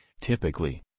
Typically